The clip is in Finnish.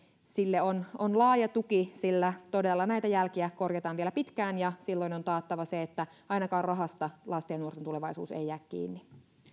sille on on laaja tuki sillä todella näitä jälkiä korjataan vielä pitkään ja silloin on taattava se että ainakaan rahasta lasten ja nuorten tulevaisuus ei jää kiinni arvoisa